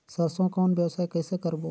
सरसो कौन व्यवसाय कइसे करबो?